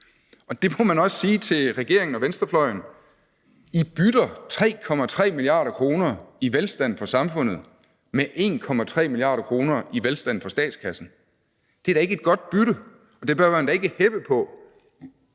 Og det må man også sige til regeringen og venstrefløjen: I bytter 3,3 mia. kr. i velstand for samfundet med 1,3 mia. kr. i velstand for statskassen. Det er da ikke et godt bytte, og det bør man da ikke heppe på.